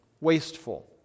wasteful